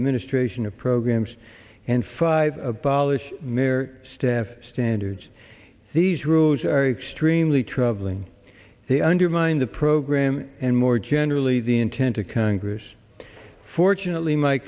administration of programs and five abolish mere staff standards these rules are extremely troubling they undermine the program and more generally the intent of congress fortunately my